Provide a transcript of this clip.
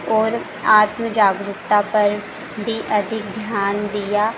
और आत्म जागरूकता पर भी अधिक ध्यान दिया